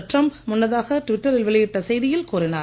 Trump முன்னதாக டிவிட்டரில் வெளியிட்ட செய்தியில் கூறினார்